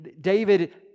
David